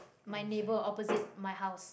my neighbour opposite my house